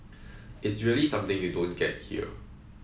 it's really something you don't get here